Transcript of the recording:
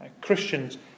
Christians